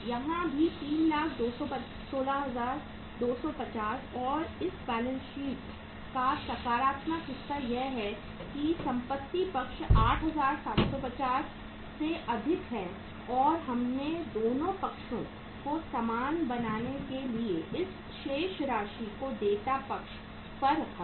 यहां भी 316250 और इस बैलेंस शीट का सकारात्मक हिस्सा यह है कि संपत्ति पक्ष 8750 से अधिक है और हमने दोनों पक्षों को समान बनाने के लिए इस शेष राशि को देयता पक्ष पर रखा है